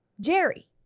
Jerry